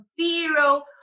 zero